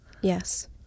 yes